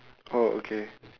oh okay